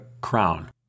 crown